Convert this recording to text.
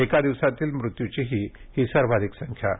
एका दिवसातील मृत्युंचीही ही सर्वाधिक संख्या आहे